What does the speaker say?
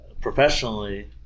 professionally